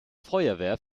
feuerwehr